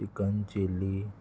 chicken chilly